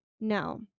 No